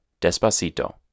Despacito